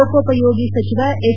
ಲೋಕೋಪಯೋಗಿ ಸಚಿವ ಹೆಚ್